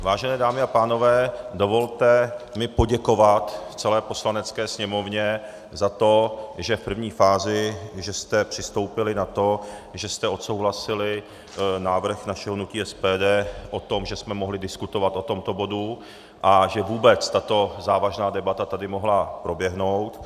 Vážené dámy a pánové, dovolte mi poděkovat celé Poslanecké sněmovně za to, že jste v první fázi přistoupili na to, že jste odsouhlasili návrh našeho hnutí SPD o tom, že jsme mohli diskutovat o tomto bodu a že vůbec tato závažná debata tady mohla proběhnout.